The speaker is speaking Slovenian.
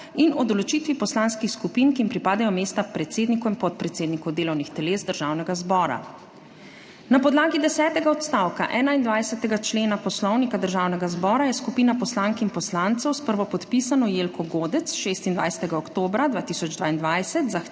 in o določitvi poslanskih skupin, ki jim pripadajo mesta predsednikov in podpredsednikov delovnih teles Državnega zbora. Na podlagi desetega odstavka 21. člena Poslovnika Državnega zbora je skupina poslank in poslancev s prvopodpisano Jelko Godec 26. oktobra 2022